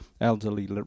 elderly